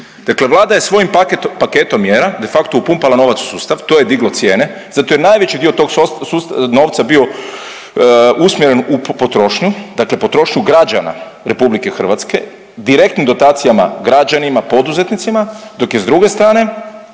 Dakle, Vlada je svojim paketom mjera de facto upumpala novac u sustav. To je diglo cijene zato jer najveći dio tog novca je bio usmjeren u potrošnju. Dakle, dakle potrošnju građana Republike Hrvatske direktnim dotacijama građanima, poduzetnicima dok je s druge strane